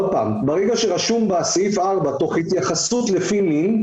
ברגע שכתוב בסעיף (4) תוך התייחסות לפי מין,